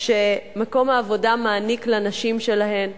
שמקום העבודה מעניק לנשים שלהם,